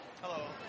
Hello